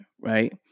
right